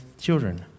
children